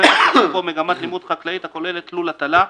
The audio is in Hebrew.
שמתוכננת לקום בו מגמת לימוד חקלאי הכוללת לול הטלה,